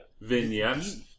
vignettes